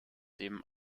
dem